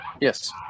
Yes